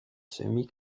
semi